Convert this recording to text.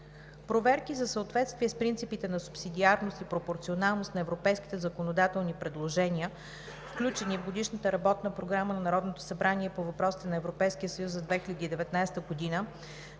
Проверки за съответствие с принципите на субсидиарност и пропорционалност на европейските законодателни предложения, включени в Годишната работна програма на Народното събрание по въпросите на Европейския съюз за 2019 г.,